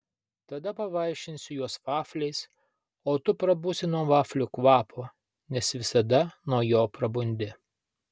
tada pavaišinsiu juos vafliais o tu prabusi nuo vaflių kvapo nes visada nuo jo prabundi